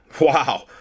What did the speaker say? wow